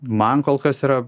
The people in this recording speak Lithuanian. man kol kas yra